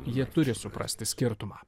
jie turi suprasti skirtumą